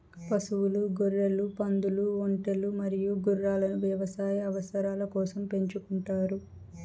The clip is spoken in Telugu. పశువులు, గొర్రెలు, పందులు, ఒంటెలు మరియు గుర్రాలను వ్యవసాయ అవసరాల కోసం పెంచుకుంటారు